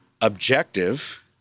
objective